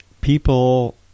people